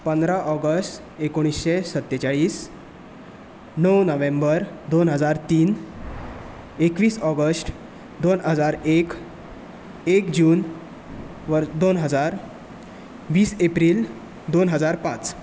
पंदरा ऑगस्ट एकोणिशें सत्तेचाळीस णव नोव्हेंबर दोन हजार तीन एकवीस ऑगश्ट दोन हजार एक एक जून वर दोन हजार वीस एप्रील दोन हजार पांच